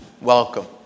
welcome